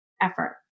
effort